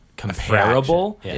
comparable